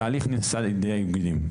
התהליך נעשה על-ידי האיגודים.